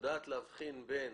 יודעת להבחין בין